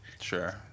Sure